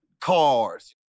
Cars